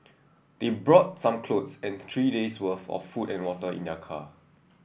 they brought some clothes and three days worth of food and water in their car